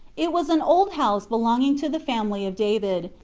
it was an old house belonging to the family of david,